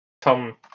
Tom